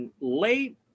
Late